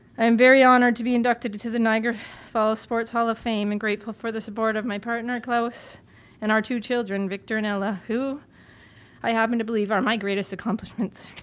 i am very honored to be inducted to to the niagara falls sports hall of fame and grateful for the support of my partner claus and our two children victor and ella, who i happen to believe are my greatest accomplishments.